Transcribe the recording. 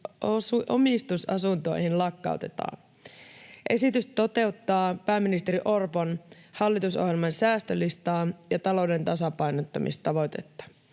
omistusasuntoihin lakkautetaan. Esitys toteuttaa pääministeri Orpon hallitusohjelman säästölistaa ja talouden tasapainottamistavoitetta.